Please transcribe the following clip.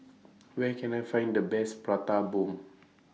Where Can I Find The Best Prata Bomb